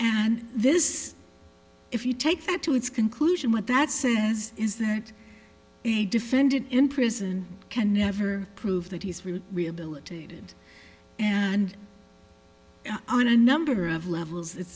and this if you take that to its conclusion what that says is that a defendant in prison can never prove that he's rehabilitated and on a number of levels it